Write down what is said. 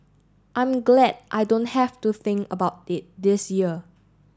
I'm glad I don't have to think about it this year